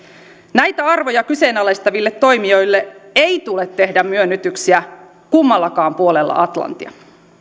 näitä arvoja kyseenalaistaville toimijoille ei tule tehdä myönnytyksiä kummallakaan puolella atlanttia